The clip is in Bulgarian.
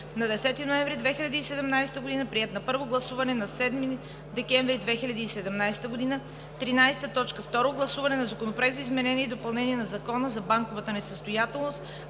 на 10 ноември 2017 г. Приет на първо гласуване на 7 декември 2017 г. 13. Второ гласуване на Законопроекта за изменение и допълнение на Закона за банковата несъстоятелност.